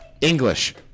English